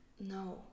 No